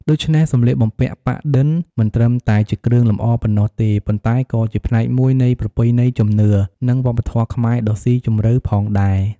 ដូច្នេះ សម្លៀកបំពាក់ប៉ាក់-ឌិន មិនត្រឹមតែជាគ្រឿងលម្អប៉ុណ្ណោះទេ ប៉ុន្តែក៏ជាផ្នែកមួយនៃប្រពៃណីជំនឿ និងវប្បធម៌ខ្មែរដ៏ស៊ីជម្រៅផងដែរ។